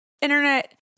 internet